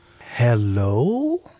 hello